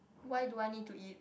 why do I need to eat